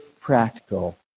practical